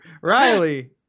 Riley